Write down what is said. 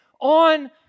on